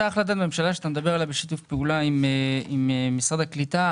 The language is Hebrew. אותה החלטת ממשלה שאתה מדבר עליה בשיתוף פעולה עם משרד הקליטה,